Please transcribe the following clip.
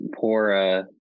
poor